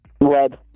Red